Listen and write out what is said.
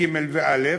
ג' וא',